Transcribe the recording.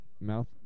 mouth